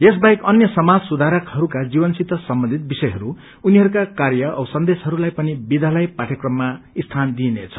यस बाहेक अन्य समाज सुधारकहरूका जीवनसित सम्बन्धित विषयहरू उनीहरूका कार्य औ सन्देशहरू लाई पनि विध्यालयको पाअयक्रममा सीन दिइनेछ